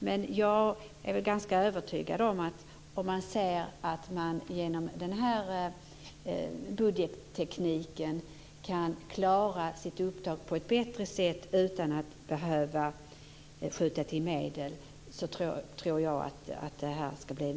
Men jag är ganska övertygad om att det kan bli möjligt om man ser att man genom den här budgettekniken kan klara sitt uppdrag på ett bättre sätt utan att behöva skjuta till medel.